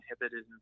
inhibited